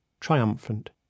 triumphant